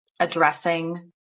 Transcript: addressing